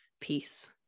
peace